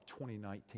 2019